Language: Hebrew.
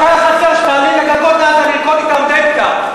רק היה חסר שתעלי לגגות לרקוד אתם דבקה.